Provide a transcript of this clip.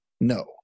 No